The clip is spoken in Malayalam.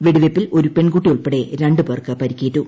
വെടിവെപ്പിൽ ഒരു പെൺകുട്ടി ഉൾപ്പെടെ രണ്ട് പേർക്ക് പരിക്കേറ്റു